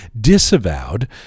disavowed